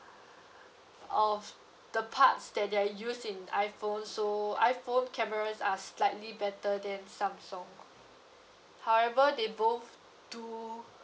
of the parts that they use in iphone so iphone cameras are slightly better than samsung however they both do